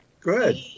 Good